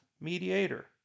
mediator